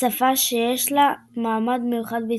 שפה שיש לה מעמד מיוחד בישראל.